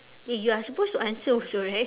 eh you are supposed to answer also right